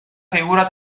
figura